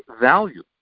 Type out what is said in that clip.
value